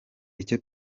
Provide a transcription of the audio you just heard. icyo